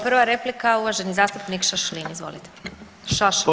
Prva replika uvaženi zastupnik Šašlin, izvolite.